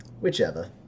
Whichever